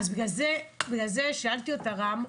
בגלל זה שאלתי כמה.